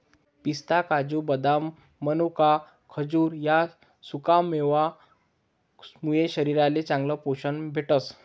पिस्ता, काजू, बदाम, मनोका, खजूर ह्या सुकामेवा मुये शरीरले चांगलं पोशन भेटस